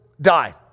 die